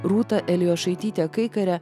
rūta elijošaityte kaikare